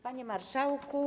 Panie Marszałku!